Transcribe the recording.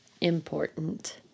important